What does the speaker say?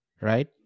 right